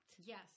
Yes